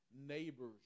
neighbors